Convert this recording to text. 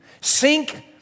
sink